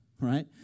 right